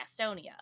Gastonia